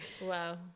Wow